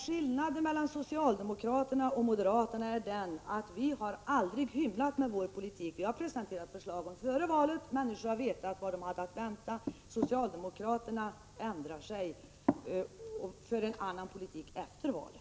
Skillnaden mellan socialdemokraterna och moderaterna är den att vi aldrig har hymlat med vår politik. Vi har presenterat förslagen före valet, människor har vetat vad de hade att vänta; socialdemokraterna ändrar sig och för en annan politik efter valet.